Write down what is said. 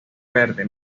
verde